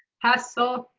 hessle.